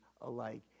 alike